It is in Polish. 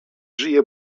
żyje